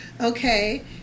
okay